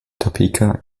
topeka